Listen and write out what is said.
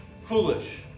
foolish